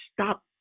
stop